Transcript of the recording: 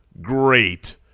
great